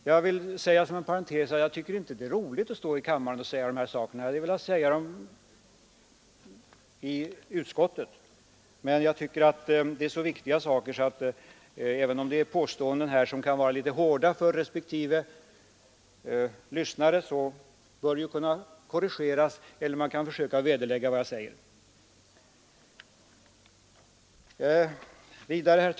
Jag vill inom parentes säga att jag inte alls tycker att det är roligt att framföra dessa synpunker i kammaren. Jag hade velat framföra dem i utskottet, men det är fråga om så viktiga saker att jag vill framföra dem, även om påståendena kan vara en smula hårda för en del åhörare. I så fall har man emellertid tillfälle att korrigera eller försöka vederlägga det som jag säger.